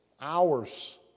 hours